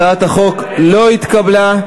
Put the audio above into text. הצעת החוק לא התקבלה.